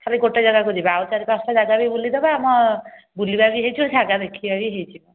ଖାଲି ଗୋଟେ ଜାଗାକୁ ଯିବା ଆଉ ଚାରି ପାଞ୍ଚଟା ଜାଗାବି ବୁଲିଦେବା ଆମ ବୁଲିବା ବି ହେଇଯିବ ଜାଗା ଦେଖିବା ବି ହେଇଯିବ